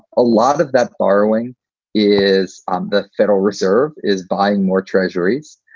a lot of that borrowing is um the federal reserve is buying more treasuries.